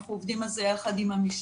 ואנחנו עובדים על זה יחד עם המשטרה,